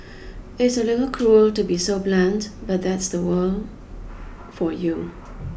it's a little cruel to be so blunt but that's the world for you